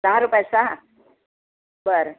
दहा रुपयात सहा बरं